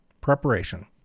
preparation